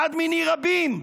אחד מני רבים,